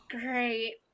Great